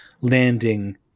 landing